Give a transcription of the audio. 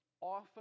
often